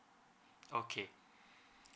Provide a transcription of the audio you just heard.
okay